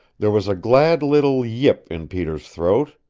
there was a glad little yip in peter's throat,